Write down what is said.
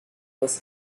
was